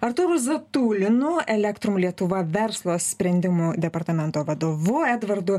artūru zatūlinu elektrum lietuva verslo sprendimų departamento vadovu edvardu